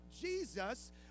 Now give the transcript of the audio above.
Jesus